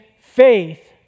faith